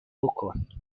بکن